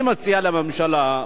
אני מציע לממשלה,